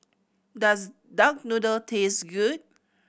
does duck noodle taste good